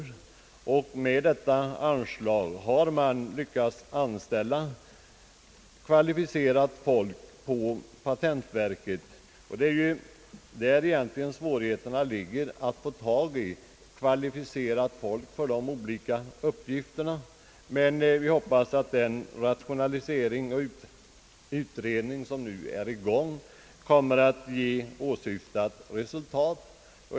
Med hjälp av detta anslag har patentverket lyckats anställa kvalificerat folk. Svårigheten är ju närmast att få kvalificerad personal för de olika uppgifterna. Vi hoppas att den rationalisering som skall äga rum enligt långsiktsplanen kommer att ge åsyftat resultat.